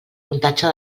muntatge